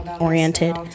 oriented